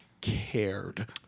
cared